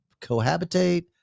cohabitate